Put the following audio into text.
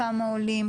כמה עולים,